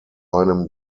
einem